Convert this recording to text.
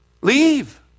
leave